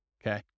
Okay